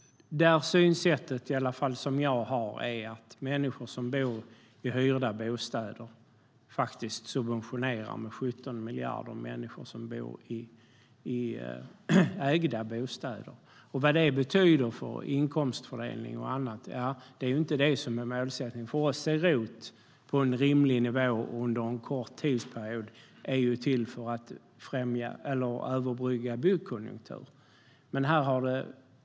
Det synsätt som i alla fall jag har är att människor som bor i hyrda bostäder subventionerar människor som bor i ägda bostäder med 17 miljarder. Det har betydelse för inkomstfördelningen. Men det är inte det som är målsättningen. För oss är ROT, på en rimlig nivå och under en kort tidsperiod, till för att överbrygga byggkonjunkturer.